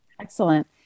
Excellent